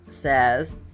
says